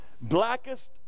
Blackest